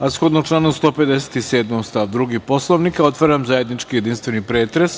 a shodno članu 157. stav 2. Poslovnika otvaram zajednički jedinstveni pretres